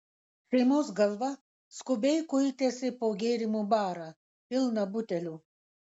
šeimos galva skubiai kuitėsi po gėrimų barą pilną butelių